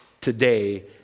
today